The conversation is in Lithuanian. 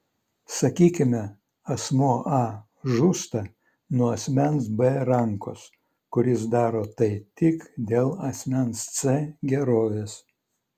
sakykime asmuo a žūsta nuo asmens b rankos kuris daro tai tik dėl asmens c gerovės